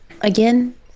again